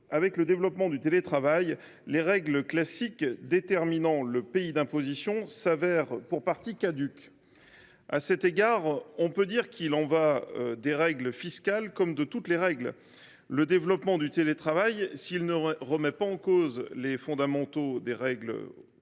avec le développement du télétravail, les règles classiques déterminant le pays d’imposition se révèlent pour partie caduques. À cet égard, on peut dire qu’il en va des règles fiscales comme de toutes les règles : le développement du télétravail, s’il ne les remet pas en cause, oblige le plus souvent